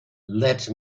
let